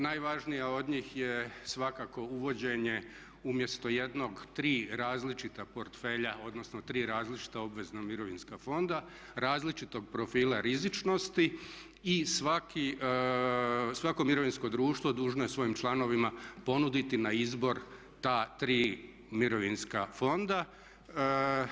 Najvažnija od njih je svakako uvođenje umjesto jednog tri različita portfelja, odnosno stri različita obvezna mirovinska fonda različitog profila rizičnosti i svako mirovinsko društvo dužno je svojim članovima ponuditi na izbor ta tri mirovinska fonda.